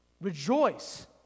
rejoice